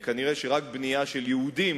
כנראה רק בנייה של יהודים